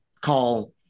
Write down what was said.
call